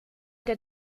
der